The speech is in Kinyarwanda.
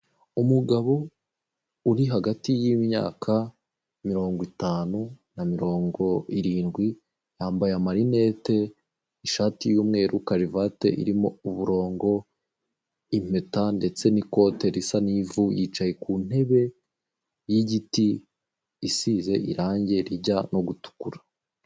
Umugabo uri hagati y'imyaka mirongo itantu na mirongo irindwi yambaye amarinete ishati y'umweru na karovati irimo umurongo impeta ndetse ni ikote risa n'ivu yicaye mu ntebe y'igiti isisze irange rijya gutukura.